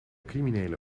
criminele